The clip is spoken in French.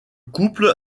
couple